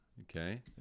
Okay